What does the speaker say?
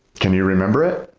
can you remember it?